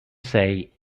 say